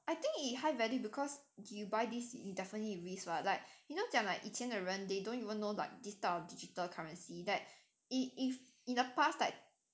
I think it high value because you buy this you definitely risk [what] like you 都讲 like 以前的人 they don't even know like this type of digital currency that it if in the past like